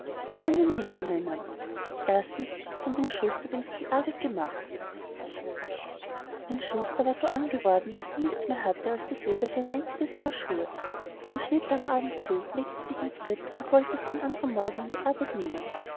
von den wichtelmännern i von dem schuster dem sie die arbeit gemacht ein schuster war so arm geworden daß er nichts mehr hatte als das leder für ein einziges paar schuhe die schnitt er am abend zu legte sich ins bett und wollte sie am andern morgen in die arbeit nehmen